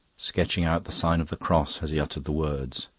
sketching out the sign of the cross as he uttered the words.